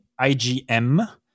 IgM